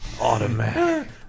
automatic